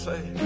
Say